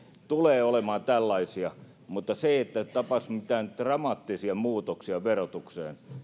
tulee olemaan tällaisia mutta se että tapahtuisi mitään dramaattisia muutoksia verotukseen